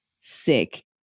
sick